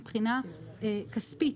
מבחינה כספית,